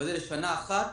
אבל זה לשנה אחת,